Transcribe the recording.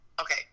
Okay